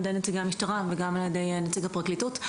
ידי נציגי המשטרה וגם על ידי נציג הפרקליטות.